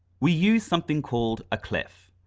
we use something called a clef,